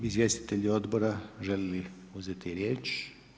Izvjestitelji odbora, žele li uzeti riječ?